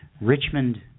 Richmond